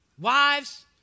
Wives